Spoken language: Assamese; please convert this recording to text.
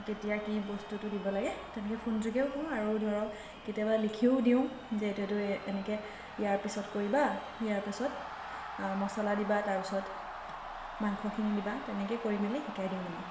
কেতিয়া কি বস্তুটো দিব লাগে তেনেকৈ ফোনযোগেও কওঁ আৰু ধৰক কেতিয়াবা লিখিও দিওঁ যে এইটো এইটো এনেকৈ ইয়াৰ পিছত কৰিবা ইয়াৰ পিছত মছলা দিবা তাৰপিছত মাংসখিনি দিবা তেনেকৈ কৰি মেলি শিকাই দিওঁ মানে